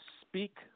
speak